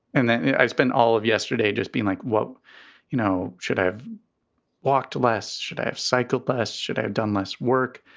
and i've spent all of yesterday just being like you know, should have walked less. should i have psychopath's should i have done less work?